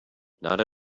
not